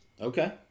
Okay